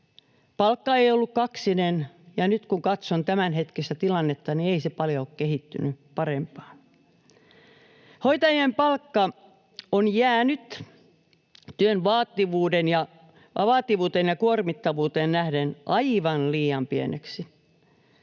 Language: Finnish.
Palkka ei ollut kaksinen, ja nyt kun katson tämänhetkistä tilannetta, ei se paljon ole kehittynyt parempaan. Hoitajien palkka on jäänyt työn vaativuuteen ja kuormittavuuteen nähden aivan liian pieneksi.